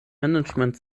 management